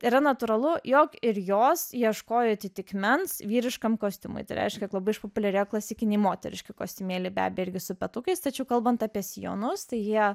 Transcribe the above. yra natūralu jog ir jos ieškojo atitikmens vyriškam kostiumui tai reiškia kad labai išpopuliarėjo klasikiniai moteriški kostiumėliai be abejo irgi su petukais tačiau kalbant apie sijonus tai jie